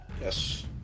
Yes